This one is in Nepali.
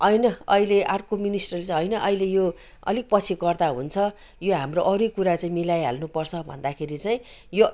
होइन अहिले अर्को मिनिस्टरले चाहिँ होइन अहिले यो अलिक पछि गर्दा हुन्छ यो हाम्रो अरू नै कुरा चाहिँ मिलाइहाल्नु पर्छ भन्दाखेरि चाहिँ यो